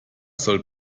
soll